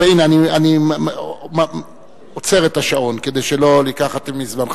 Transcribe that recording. והנה, אני עוצר את השעון כדי שלא לקחת מזמנך.